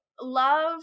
love